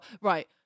right